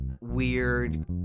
weird